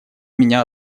меня